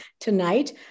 tonight